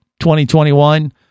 2021